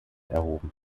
erhoben